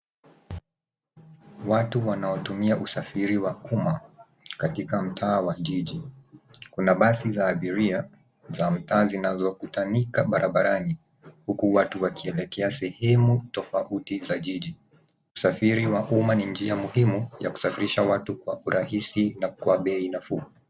Watu wanaotumia usafiri wa umma katika mtaa wa jiji. Kuna basi la abiria za mtaa zinazokutanika barabarani huku watu huku watu wakielekea sehemu tofautiza jiji. Usafiri wa umma ni njia muhimu ya kusafirisha watu kwa urahisi na kwa bei nafuu.